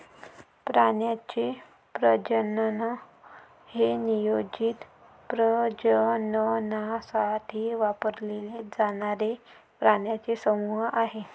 प्राण्यांचे प्रजनन हे नियोजित प्रजननासाठी वापरले जाणारे प्राण्यांचे समूह आहे